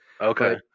Okay